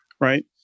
right